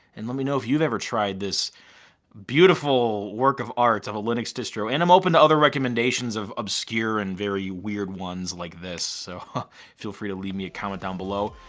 and let me know if you've ever tried this beautiful work of art of a linux distro and i'm open to other recommendations of obscure and very weird ones like this. so feel free to leave me a comment down below.